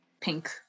Pink